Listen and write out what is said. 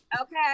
Okay